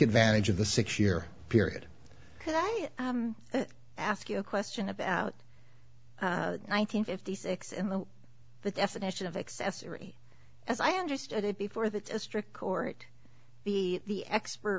advantage of the six year period i ask you a question about one thousand fifty six in the the definition of accessory as i understood it before the district court be the expert